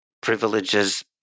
privileges